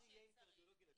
בבקשה, גברתי.